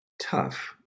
Tough